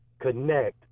connect